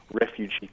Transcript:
refugee